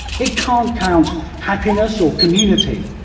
it can't count happiness or community.